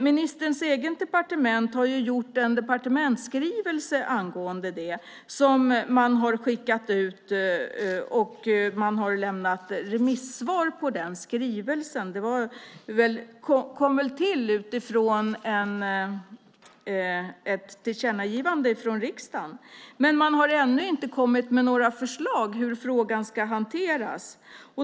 Ministerns eget departement har författat en departementsskrivelse angående detta som man har skickat ut, och man har fått in remissvar på den. Den kom väl till efter ett tillkännagivande från riksdagen. Men man har ännu inte kommit med några förslag på hur frågan ska hanteras.